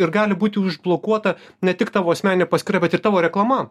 ir gali būti užblokuota ne tik tavo asmeninė paskyra bet ir tavo reklama